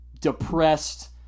depressed